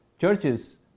churches